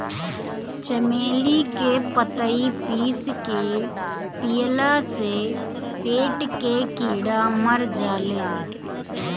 चमेली के पतइ पीस के पियला से पेट के कीड़ा मर जाले